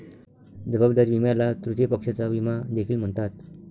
जबाबदारी विम्याला तृतीय पक्षाचा विमा देखील म्हणतात